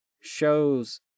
shows